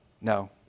No